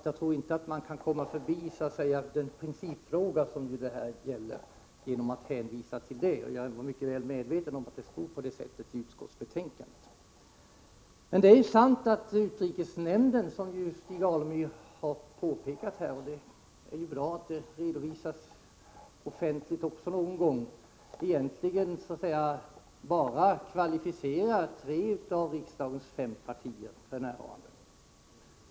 Jag tror inte att man kan komma förbi den principfråga som detta gäller genom att hänvisa till den nämnda formuleringen. Jag är medveten om att det stod på det sättet i utskottsbetänkandet. Det är sant att bara tre av riksdagens fem partier är kvalificerade att delta i utrikesnämnden f.n., vilket Stig Alemyr har påpekat. Det är bra att den saken redovisas offentligt någon gång.